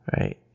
right